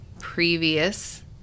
previous